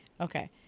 Okay